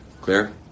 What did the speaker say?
Clear